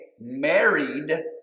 married